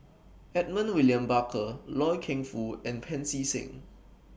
Edmund William Barker Loy Keng Foo and Pancy Seng